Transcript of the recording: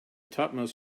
topmost